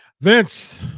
vince